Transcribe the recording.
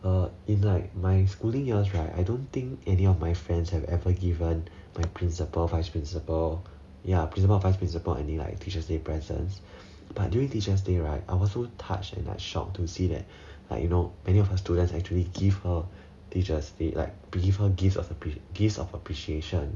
uh in like my schooling years right I don't think any of my friends have ever given my principal vice principal ya principal vice principal any like teachers' day present but during teachers day right I was so touched and like shocked to see that like you know many of her students actually give her teachers day like give her gifts of gifts of appreciation